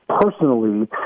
personally